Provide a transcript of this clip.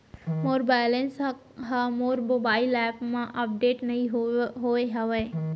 मोर balance हा मोर mobile app मा अपडेट नहीं होय हवे